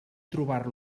trobar